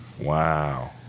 Wow